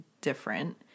different –